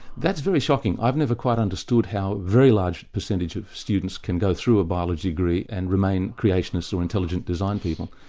that's very shocking. i've never quite understood how a very large percentage of students can go through a biology degree and remain creationist or intelligent design people.